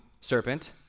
serpent